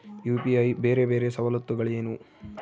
UPI ಬೇರೆ ಬೇರೆ ಸವಲತ್ತುಗಳೇನು?